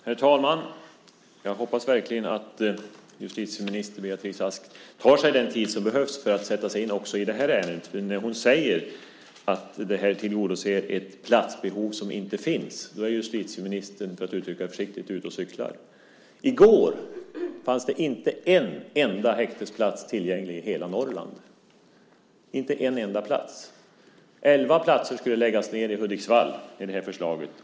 Herr talman! Jag hoppas verkligen att justitieminister Beatrice Ask tar sig den tid som behövs för att sätta sig in också i det här ärendet. När hon säger att det här tillgodoser ett platsbehov som inte finns är justitieministern, för att uttrycka det försiktigt, ute och cyklar. I går fanns det inte en enda häktesplats tillgänglig i hela Norrland. Elva platser skulle läggas ned i Hudiksvall med det här förslaget.